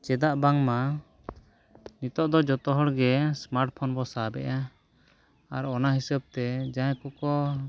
ᱪᱮᱫᱟᱜ ᱵᱟᱝᱢᱟ ᱱᱤᱛᱚᱜ ᱫᱚ ᱡᱚᱛᱚ ᱦᱚᱲᱜᱮ ᱥᱢᱟᱨᱴᱯᱷᱳᱱ ᱵᱚ ᱥᱟᱵ ᱮᱫᱟ ᱟᱨ ᱚᱱᱟ ᱦᱤᱥᱟᱹᱵᱛᱮ ᱡᱟᱦᱟᱸᱭ ᱠᱚ